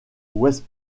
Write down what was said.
west